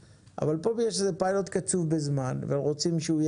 יש גם שיקולים של היבטים חברתיים ואתיים שביקשו חוקרים